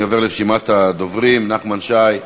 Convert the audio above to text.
אני עובר לרשימת הדוברים: נחמן שי,